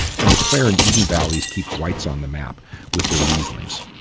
and the clare and eden valleys keep whites on the map with their rieslings.